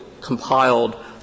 compiled